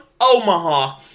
Omaha